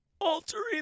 altering